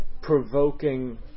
provoking